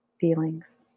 feelings